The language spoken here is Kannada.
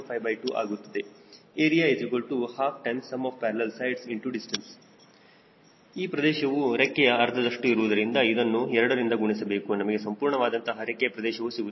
52 ಆಗುತ್ತದೆ Area12sum of parallel sidesdistance ಈ ಪ್ರದೇಶವು ರೆಕ್ಕೆಯ ಅರ್ಧದಷ್ಟು ಇರುವುದರಿಂದ ಇದನ್ನು2 ರಿಂದ ಗುಣಿಸಬೇಕು ನಮಗೆ ಸಂಪೂರ್ಣವಾದಂತಹ ರೆಕ್ಕೆಯ ಪ್ರದೇಶವು ಸಿಗುತ್ತದೆ